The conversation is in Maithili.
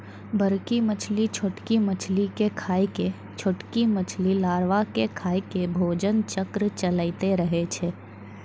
बड़की मछली छोटकी मछली के खाय के, छोटकी मछली लारवा के खाय के भोजन चक्र चलैतें रहै छै